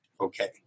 Okay